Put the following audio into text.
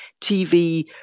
TV